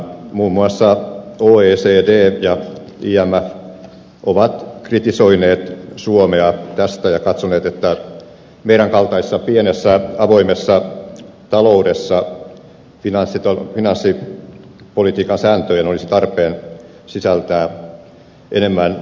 muun muassa oecd ja imf ovat kritisoineet suomea tästä ja katsoneet että meidän kaltaisessa pienessä avoimessa taloudessa finanssipolitiikan sääntöjen olisi tarpeen sisältää enemmän joustavuutta